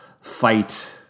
fight